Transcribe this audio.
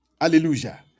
Hallelujah